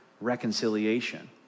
reconciliation